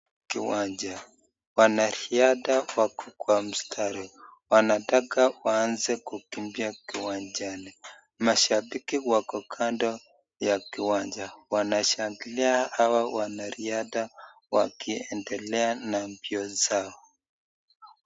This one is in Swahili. Kiwanjwa wanarihadha wako Kwa mstari wanataka waanze kukimbia kiwanja mashabiki wako kando ya kiwanja wanashangilia hawa wanarihadha wakiendekea na mbio zao.